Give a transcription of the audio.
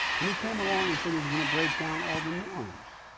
and he came along and said he's going to breakdown all the norms.